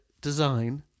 design